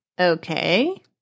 okay